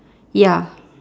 ya